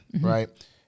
right